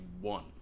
one